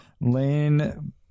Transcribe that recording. Lane